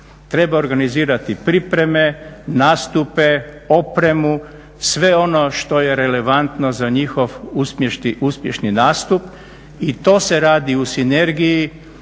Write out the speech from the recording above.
treba organizirati pripreme, nastupe, opremu, sve ono što je relevantno za njihov uspješni nastup. I to se radi u sinergiji